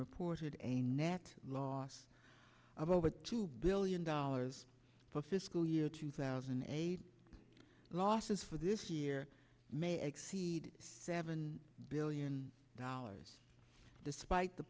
reported a net loss of over two billion dollars for fiscal year two thousand and eight losses for this year may exceed seven billion dollars despite the